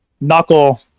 knuckle